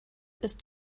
ist